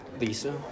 Lisa